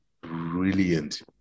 brilliant